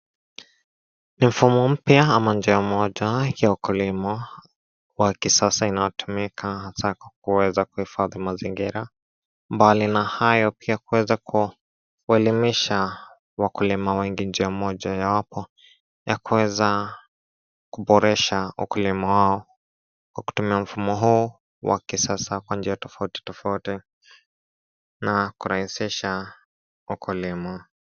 Ni mfumo mpya ama njia moja ya ukulima wakisasa inayotumika hasa kuweza kuhifadhi mazingira mbali na hayo pia kuweza kuelimisha wakulima wengi njia moja yawapo ya kuweza kuboresha ukulima wao kwa kutumia mfumo huu wakisasa kwa njia tofauti tofauti na kurahisisha ukulima.